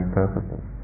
purposes